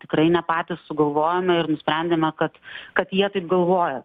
tikrai ne patys sugalvojome ir nusprendėme kad kad jie taip galvoja